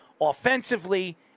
offensively